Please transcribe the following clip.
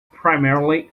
primarily